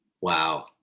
Wow